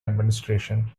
administration